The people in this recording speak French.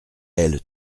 elle